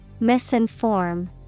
Misinform